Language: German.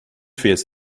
fährst